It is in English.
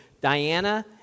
Diana